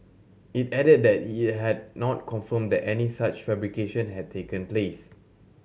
it added that it had not confirmed that any such fabrication had taken place